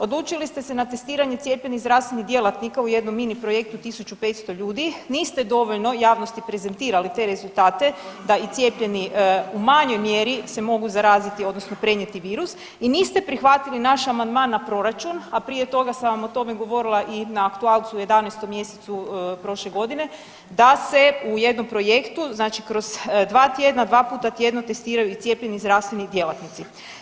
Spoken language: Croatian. Odlučili ste se na testiranje cijepljenih zdravstvenih djelatnika u jednom mini projektu 1.500 ljudi, niste dovoljno javnosti prezentirali te rezultate da i cijepljeni u manjoj mjeri se mogu zaraziti odnosno prenijeti virus i niste prihvatili naš amandman na proračun, a prije toga sam vam o tome govorila i na aktualcu u 11. mjesecu prošle godine da se u jednom projektu znači kroz 2 tjedna, 2 puta tjedno testiraju i cijepljeni zdravstveni djelatnici.